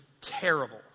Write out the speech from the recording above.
terrible